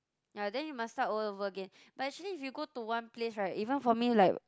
ya then you must start all over again but actually if you go to one place right even for me like